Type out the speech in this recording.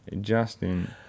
Justin